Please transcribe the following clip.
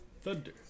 thunder